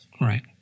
Right